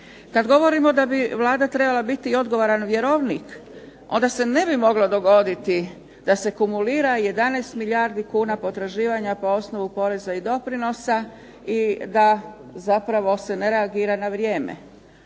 Kad govorimo da bi Vlada trebala biti odgovoran vjerovnik onda se ne bi moglo dogoditi da se kumulira 11 milijardi kuna potraživanja po osnovu poreza i doprinosa i da zapravo se ne reagira na vrijeme.